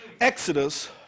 Exodus